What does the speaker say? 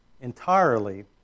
entirely